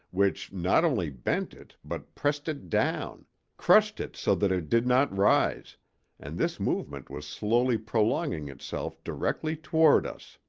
which not only bent it, but pressed it down crushed it so that it did not rise and this movement was slowly prolonging itself directly toward us.